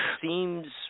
seems